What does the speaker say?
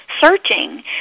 searching